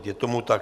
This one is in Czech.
Je tomu tak.